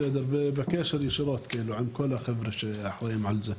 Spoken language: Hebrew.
בקשר ישירות עם כל החבר'ה שאחראים על זה.